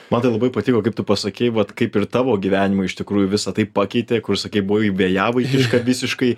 man tai labai patiko kaip tu pasakei vat kaip ir tavo gyvenimą iš tikrųjų visą tai pakeitė kur sakei buvai vėjavaikiška visiškai